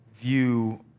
view